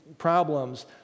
Problems